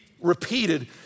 repeated